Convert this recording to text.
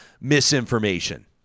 misinformation